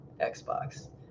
Xbox